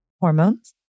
hormones